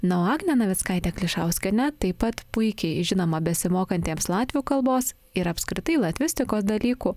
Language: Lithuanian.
na o agnė navickaitė klišauskienė taip pat puikiai žinoma besimokantiems latvių kalbos ir apskritai latvistikos dalykų